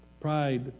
Pride